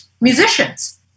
musicians